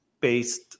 based